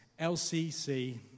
LCC